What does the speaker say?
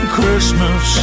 Christmas